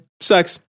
Sucks